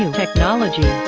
and technology